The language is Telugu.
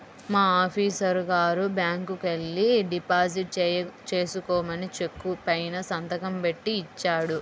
మా ఆఫీసరు గారు బ్యాంకుకెల్లి డిపాజిట్ చేసుకోమని చెక్కు పైన సంతకం బెట్టి ఇచ్చాడు